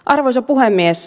arvoisa puhemies